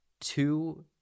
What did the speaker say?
two